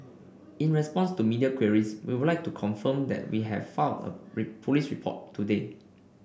in response to media queries we would like to confirm that we have filed police report today